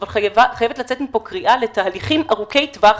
אבל חייבת לצאת מפה קריאה לתהליכים ארוכי טווח